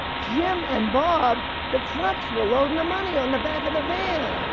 jim and bob, the trucks were loading the money on the back of the van.